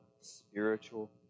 spiritual